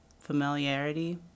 familiarity